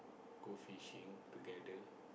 go fishing together